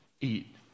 eat